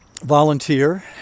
volunteer